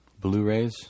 Blu-rays